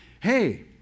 Hey